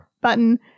button